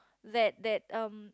that that um